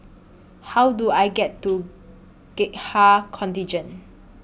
How Do I get to Gurkha Contingent